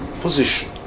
position